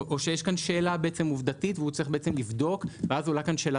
או שיש כאן שאלה עובדתית והוא צריך לבדוק ואז עולה כאן שאלה,